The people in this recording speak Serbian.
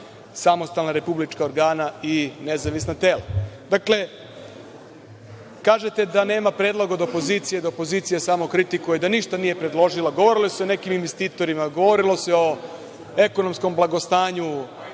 samostalna repulička organa i nezavisna tela. Dakle, kažete da nema predloga od opozicije, da opozicija samo kritikuje, da ništa nije predložila. Govorilo se o nekim investitorima, govorilo se o ekonomskom blagostanju